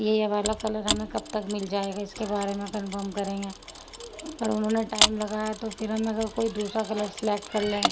یہ اب والا کلر ہمیں کب تک مل جائے گا اس کے بارے میں کنفرم کریں گے انہوں نے ٹائم لگا ہے تو پھر ہم اگر کوئی دوسرا کلر سلیکٹ کر لیں